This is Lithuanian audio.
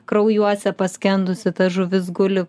kraujuose paskendusi ta žuvis guli